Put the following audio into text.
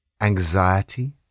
Anxiety